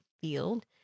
field